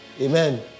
Amen